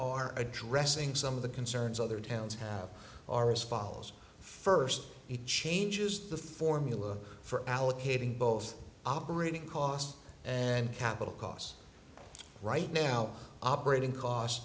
are addressing some of the concerns other towns have are as follows first he changes the formula for allocating both operating cost and capital costs right now operating costs